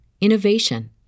innovation